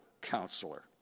Counselor